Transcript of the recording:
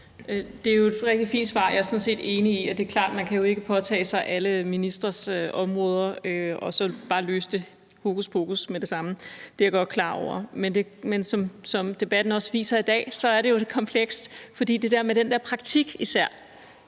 Det er jo et rigtig fint svar. Jeg er sådan set enig i, at det er klart, at man ikke kan påtage sig alle ministres områder og så bare løse det hokuspokus med det samme. Det er jeg godt klar over. Men som debatten også viser i dag, er det komplekst, for især praktikken